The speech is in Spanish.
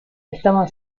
estaban